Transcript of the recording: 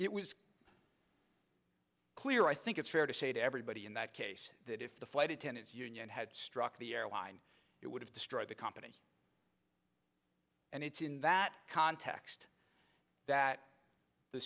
it was clear i think it's fair to say to everybody in that case that if the flight attendants union had struck the airline it would have destroyed the company and it's in that context that the